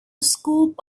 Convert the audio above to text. scoop